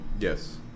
Yes